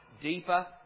deeper